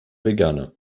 veganer